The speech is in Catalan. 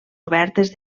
obertes